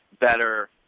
better